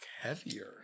heavier